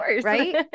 Right